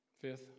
Fifth